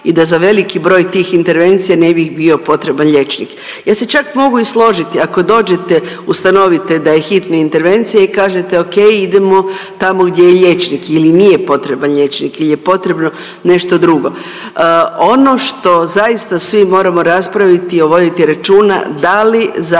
i da za veliki broj tih intervencija ne bi bio potreban liječnik. Ja se čak mogu i složiti ako dođete ustanovite da je hitna intervencija i kažete ok idemo tamo gdje je liječnik ili nije potreban liječnik ili je potrebno nešto drugo, ono što zaista svi moramo raspraviti i voditi računa da li